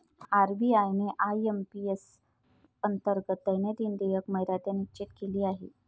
RBI ने IMPS अंतर्गत दैनंदिन देयक मर्यादा निश्चित केली आहे